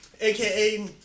AKA